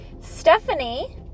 Stephanie